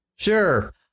Sure